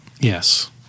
yes